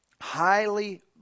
highly